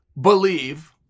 believe